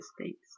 States